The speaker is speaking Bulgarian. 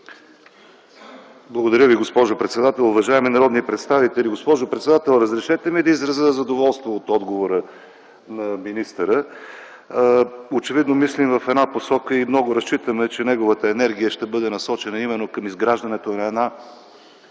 Благодаря Ви, госпожо председател. Уважаеми народни представители, госпожо председател! Разрешете ми да изразя задоволство от отговора на министъра. Очевидно мислим в една посока и много разчитаме, че неговата енергия ще бъде насочена именно към изграждането на една